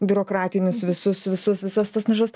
biurokratinius visus visus visas tas nišas